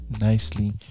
nicely